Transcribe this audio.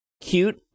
cute